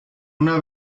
una